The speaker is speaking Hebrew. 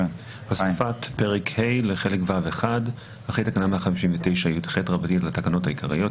17.הוספת פרק ה' לחלק ו'1 אחרי תקנה 159יח לתקנות העיקריות,